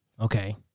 Okay